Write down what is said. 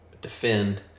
defend